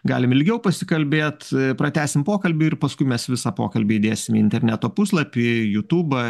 galim ilgiau pasikalbėt pratęsim pokalbį ir paskui mes visą pokalbį įdėsim į interneto puslapį jūtūbą